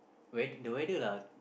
weath~ the weather lah